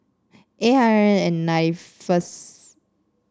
eight hundred and nine first